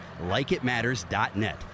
LikeItMatters.net